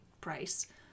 price